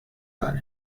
hagan